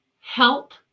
Help